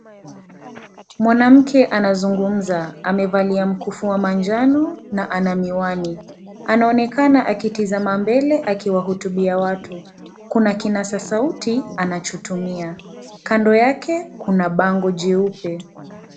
Mwanamke anazungumza amevalia mkufu wa manjano na ana miwani anaonekana akitizama mbele akiwahutubia watu kuna kinasa sauti anachotumia kando yake kuna bango jeupe.